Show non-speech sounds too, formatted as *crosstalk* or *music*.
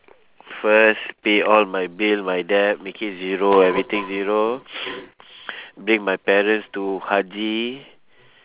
first pay all my bill my debt make it zero everything zero *noise* bring my parents to hajji